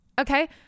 okay